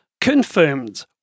confirmed